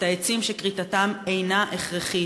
אילו עצים כריתתם אינה הכרחית,